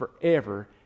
forever